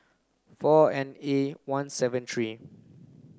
four N A one seven three